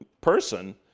person